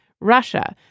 Russia